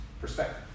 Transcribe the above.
perspective